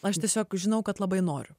aš tiesiog žinau kad labai noriu